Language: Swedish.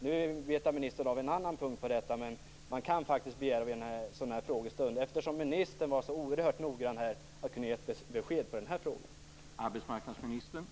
Nu betar ministern av en annan punkt, men man kan faktiskt begära att hon skall kunna ge besked i denna fråga under en sådan här frågestund, eftersom hon var så oerhört noggrann tidigare.